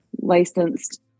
licensed